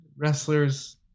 wrestlers